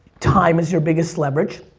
time is your biggest leverage.